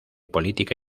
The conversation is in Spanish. política